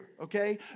okay